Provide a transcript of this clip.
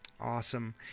Awesome